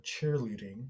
cheerleading